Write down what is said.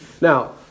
Now